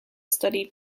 studied